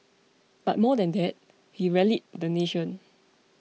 but more than that he rallied the nation